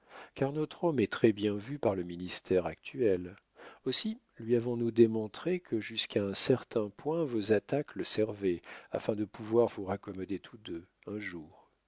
car notre homme est très-bien vu par le ministère actuel aussi lui avons-nous démontré que jusqu'à un certain point vos attaques le servaient afin de pouvoir vous raccommoder tous deux un jour